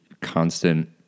constant